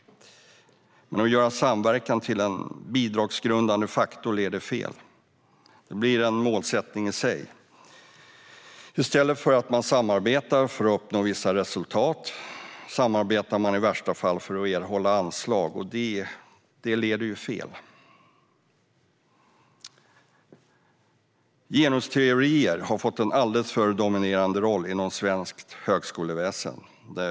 Men att göra samverkan till en bidragsgrundande faktor leder fel. Det blir en målsättning i sig. I stället för att samarbeta för att uppnå vissa resultat samarbetar man i värsta fall för att erhålla anslag, och det leder fel. Genusteorier har fått en alldeles för dominerande roll inom svenskt högskoleväsen.